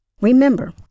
Remember